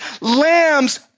lambs